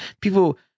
people